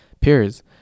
peers